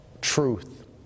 truth